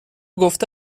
گفته